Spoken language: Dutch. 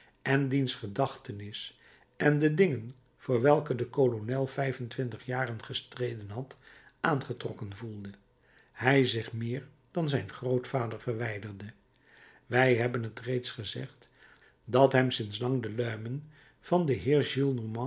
en diens gedachtenis en de dingen voor welke de kolonel vijf-en-twintig jaren gestreden had aangetrokken gevoelde hij zich meer van zijn grootvader verwijderde wij hebben t reeds gezegd dat hem sinds lang de luimen van den